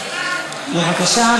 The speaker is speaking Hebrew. בבקשה,